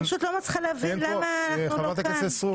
--- אני פשוט לא מצליחה להבין למה --- חברת הכנסת סטרוק,